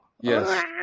Yes